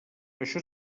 això